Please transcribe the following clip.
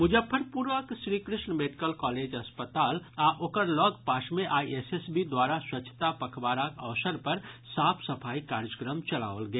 मुजफ्फरपुरक Shri Krishna medical college अस्पताल आ ओकर लग पास मे आइ एसएसबी द्वारा स्वच्छता पखवाड़ाक अवसर पर साफ सफाई कार्यक्रम चलाओल गेल